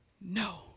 No